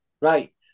right